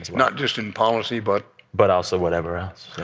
not just in policy but. but also whatever else